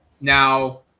Now